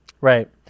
Right